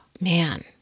man